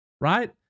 Right